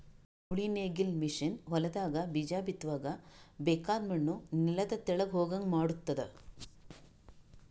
ಉಳಿ ನೇಗಿಲ್ ಮಷೀನ್ ಹೊಲದಾಗ ಬೀಜ ಬಿತ್ತುವಾಗ ಬೇಕಾಗದ್ ಮಣ್ಣು ನೆಲದ ತೆಳಗ್ ಹೋಗಂಗ್ ಮಾಡ್ತುದ